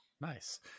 Nice